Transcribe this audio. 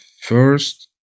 first